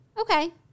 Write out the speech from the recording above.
Okay